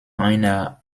einer